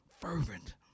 fervent